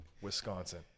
Wisconsin